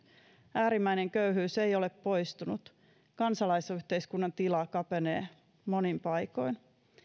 äärimmäinen köyhyys ei ole poistunut kansalaisyhteiskunnan tila kapenee monin paikoin